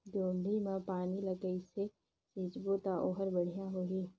जोणी मा पानी ला कइसे सिंचबो ता ओहार बेडिया होही?